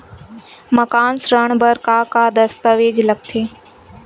मकान ऋण बर का का दस्तावेज लगथे?